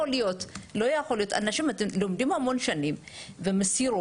להיות אנשים לומדים כל כך הרבה שנים במסירות,